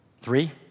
Three